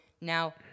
Now